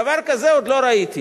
דבר כזה עוד לא ראיתי.